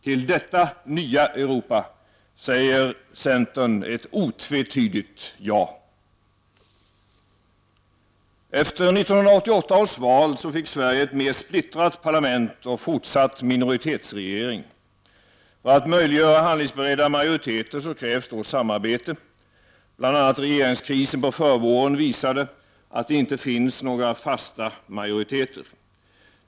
Till detta nya Europa säger centern ett otvetydigt ja. Efter 1988 års val fick Sverige ett mer splittrat parlament och en fortsatt minoritetsregering. För att möjliggöra handlingsberedda majoriteter krävs då samarbete. Bl.a. regeringskrisen på förvåren visade att det inte finns några fasta majoriteter.